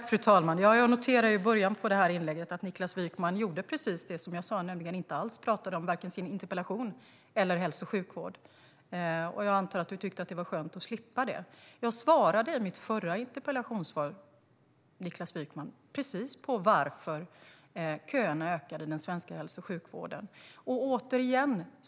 Fru talman! Jag noterade i början av Niklas Wykmans inlägg att han gjorde precis det som jag sa: Han talade inte alls om vare sig sin interpellation eller hälso och sjukvård. Jag antar att du tyckte att det var skönt att slippa. Jag svarade i mitt förra interpellationssvar precis på varför köerna ökade i den svenska hälso och sjukvården, Niklas Wykman.